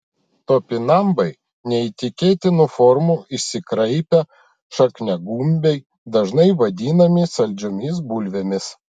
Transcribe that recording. topinambai neįtikėtinų formų išsikraipę šakniagumbiai dažnai vadinami saldžiomis bulvėmis